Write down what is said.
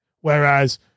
Whereas